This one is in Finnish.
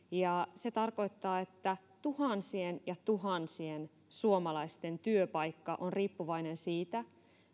ja se tarkoittaa että tuhansien ja tuhansien suomalaisten työpaikka on riippuvainen siitä